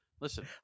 Listen